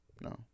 No